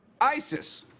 ISIS